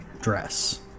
dress